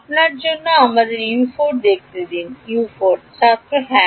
আপনার জন্য আমাদের দেখতে দিন ছাত্র হ্যাঁ